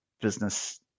business